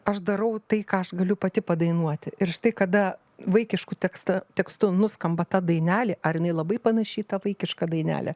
aš darau tai ką aš galiu pati padainuoti ir štai kada vaikiškų tekstą tekstu nuskamba ta dainelė ar jinai labai panaši į tą vaikišką dainelę